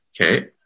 Okay